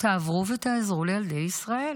תעברו ותעזרו לילדי ישראל